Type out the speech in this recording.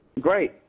great